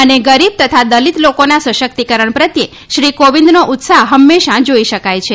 અને ગરીબ તથા દલિત લોકોના સશતેક્તકરણ પ્રત્યે શ્રી કોવિંદનો ઉત્સાહ હંમેશાં જાઈ શકાય છે